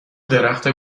درخت